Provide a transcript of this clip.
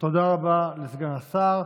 תודה רבה לסגן השר.